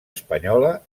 espanyola